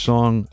Song